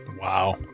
Wow